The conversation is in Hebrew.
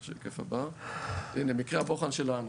הינה, מקרה הבוחן שלנו.